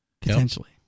potentially